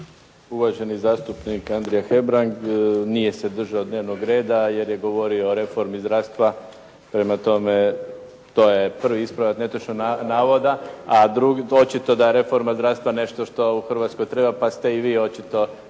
Uvaženi zastupnik Andrija Hebrang nije se držao dnevnog reda, jer je govorio o reformi zdravstva. Prema tome, to je prvi ispravak netočnog navoda. A očito da je reforma zdravstva nešto što u Hrvatskoj treba, pa ste i vi očito